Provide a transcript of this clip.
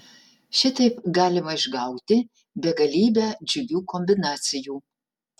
šitaip galima išgauti begalybę džiugių kombinacijų